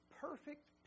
perfect